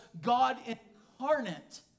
God-incarnate